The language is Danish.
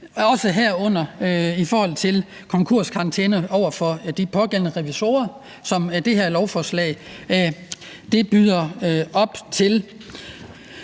herunder også konkurskarantæne over for de pågældende revisorer, som det her lovforslag byder op til.